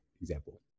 example